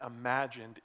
imagined